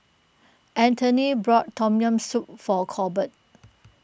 Antony bought Tom Yam Soup for Corbett